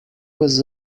was